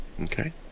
Okay